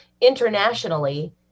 internationally